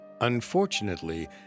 Unfortunately